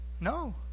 No